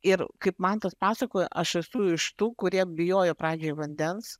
ir kaip mantas pasakoja aš esu iš tų kurie bijojo pradžioj vandens